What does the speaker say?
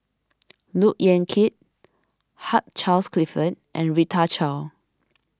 Look Yan Kit Hugh Charles Clifford and Rita Chao